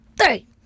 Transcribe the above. Three